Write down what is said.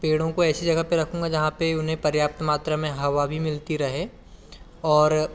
पेड़ों को ऐसी जगह पर रखूँगा जहाँ पर उन्हे पर्याप्त मात्रा में हवा भी मिलती रहे और